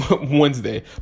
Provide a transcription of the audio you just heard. Wednesday